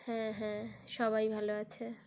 হ্যাঁ হ্যাঁ সবাই ভালো আছে